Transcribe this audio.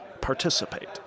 participate